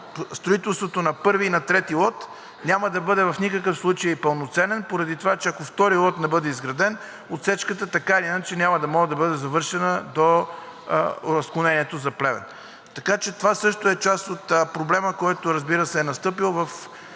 строителството на лот 1 и на лот 3, няма да бъде в никакъв случай пълноценен, поради това, че ако лот 2 не бъде изграден, отсечката така или иначе няма да може да бъде завършена до разклонението за Плевен. Така че това също е част от проблема, който, разбира се, е настъпил в